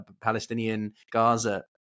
Palestinian-Gaza